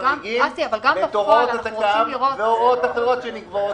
את הוראות התכ"מ והוראות אחרות שנקבעות.